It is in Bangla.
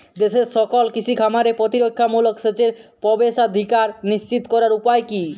দেশের সকল কৃষি খামারে প্রতিরক্ষামূলক সেচের প্রবেশাধিকার নিশ্চিত করার উপায় কি?